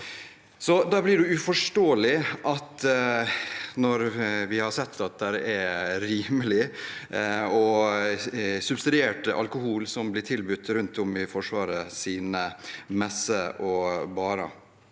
Da blir det uforståelig at vi ser rimelig og subsidiert alkohol bli tilbudt rundt om i Forsvarets messer og barer.